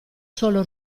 solo